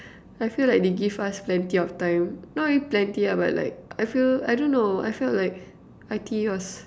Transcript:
I feel like they give us plenty of time not really plenty lah but like I feel I don't know I felt like I_T_E was